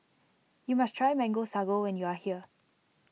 you must try Mango Sago when you are here